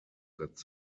that